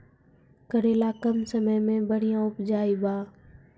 करेला कम समय मे बढ़िया उपजाई बा?